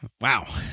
Wow